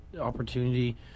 opportunity